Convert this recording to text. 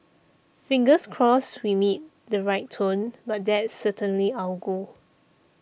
fingers crossed we meet the right tone but that's certainly our goal